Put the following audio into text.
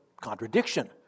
contradiction